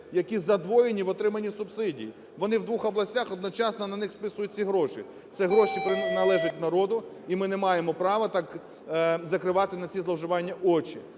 які задвоєні в отриманні субсидій. Вони в двох областях, одночасно на них списують ці гроші. Ці гроші належать народу, і ми не маємо права так закривати на ці зловживання очі.